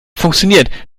funktioniert